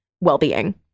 well-being